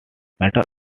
medal